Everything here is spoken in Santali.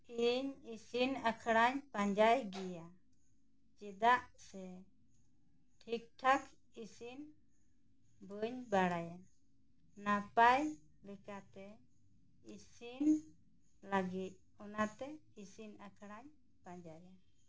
ᱤᱧ ᱤᱥᱤᱱ ᱟᱠᱷᱲᱟᱧ ᱯᱟᱸᱡᱟᱭ ᱜᱮᱭᱟ ᱪᱮᱫᱟᱜ ᱥᱮ ᱴᱷᱤᱠ ᱴᱷᱟᱠ ᱤᱥᱤᱱ ᱵᱟ ᱧ ᱵᱟᱲᱟᱭᱟ ᱱᱟᱯᱟᱭ ᱞᱮᱠᱟᱛᱮ ᱤᱥᱤᱱ ᱞᱟ ᱜᱤᱫ ᱚᱱᱟᱛᱮ ᱤᱥᱤᱱ ᱟᱠᱷᱲᱟᱧ ᱯᱟᱸᱡᱟᱭᱟ